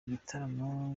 gitaramo